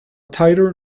tighter